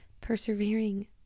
persevering